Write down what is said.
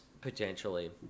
potentially